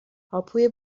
هاپوی